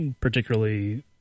Particularly